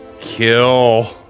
kill